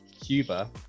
Cuba